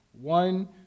One